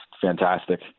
fantastic